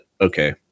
okay